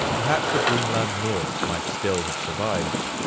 perhaps the greenland norse might still have survived.